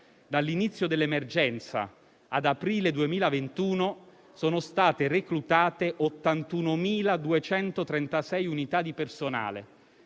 Dall'inizio dell'emergenza ad aprile 2021 sono state reclutate 81.236 unità di personale,